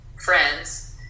friends